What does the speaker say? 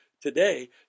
today